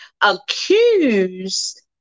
accused